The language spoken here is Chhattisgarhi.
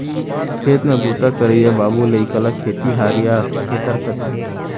खेत म बूता करइया बाबू लइका ल खेतिहार या खेतर कथें